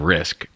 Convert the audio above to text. Risk